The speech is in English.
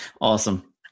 awesome